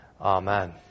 Amen